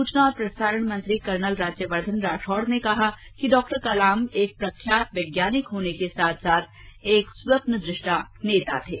सूचना और प्रसारण मंत्री कर्नल राज्यवर्धन राठौड़ ने कहा कि डॉक्टर कलाम एक प्रख्यात वैज्ञानिक के साथ साथ एक स्वप्नदृष्टा नेता थे